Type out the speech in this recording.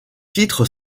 titre